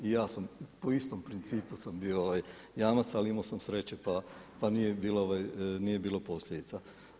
I ja sam, po istom principu sam bio jamac ali imao sam sreće pa nije bilo posljedica.